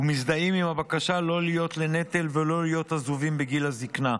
ומזדהים עם הבקשה לא להיות לנטל ולא להיות עזובים בגיל הזקנה.